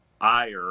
Ire